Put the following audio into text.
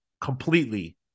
completely